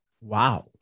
wow